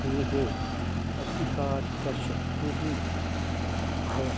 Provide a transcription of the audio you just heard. देहे अधिकाधिकशक्तिः भवति